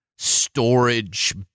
storage